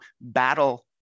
battle